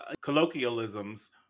colloquialisms